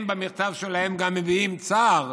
הם במכתב שלהם גם מביעים צער